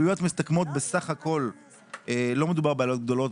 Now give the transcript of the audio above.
לא מדובר בעלויות גדולות.